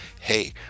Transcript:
hey